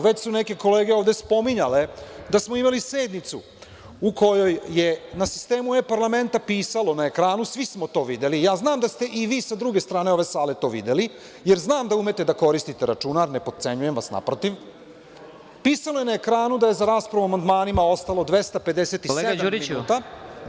Već su neke kolege ovde spominjale da smo imali sednicu u kojoj je na sistemu e-parlamenta pisalo na ekranu, svi smo to videli, ja znam da ste i vi sa druge strane ove sale to videli, jer znam da umete da koristite računar, ne potcenjujem vas, naprotiv, pisalo je na ekranu da je za raspravu o amandmanima ostalo 257 minuta…